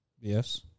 Yes